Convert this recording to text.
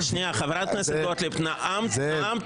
יש גבול לדמגוגיה --- חברת הכנסת גוטליב,